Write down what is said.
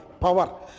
power